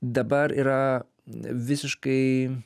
dabar yra visiškai